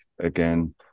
again